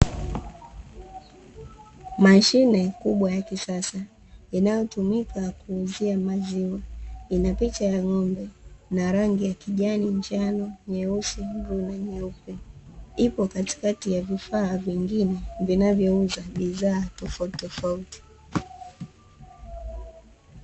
Mashine kubwa ya kisasa inayotumika kuuzia maziwa, ina picha ya ng'ombe na rangi ya: kijani, njano, nyeusi, bluu na nyeupe. Ipo katikati ya vifaa vingine vinavyouza bidhaa tofautitofauti.